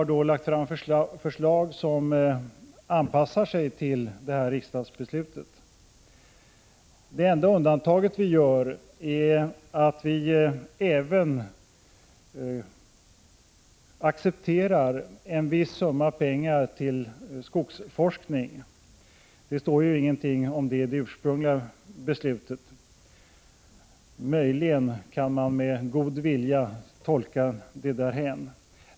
Vi har lagt fram förslag som anpassar sig till det här riksdagsbeslutet. Det enda undantag vi gör är att vi även accepterar en viss summa pengar till skogsforskning. Det står ingenting om det i det ursprungliga beslutet. Möjligen kan man med god vilja tolka det därhän.